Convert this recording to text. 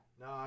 No